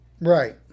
right